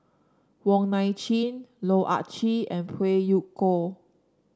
Wong Nai Chin Loh Ah Chee and Phey Yew Kok